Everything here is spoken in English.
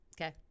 okay